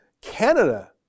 Canada